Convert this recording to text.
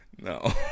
No